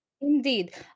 Indeed